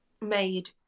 made